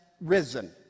risen